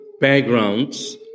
backgrounds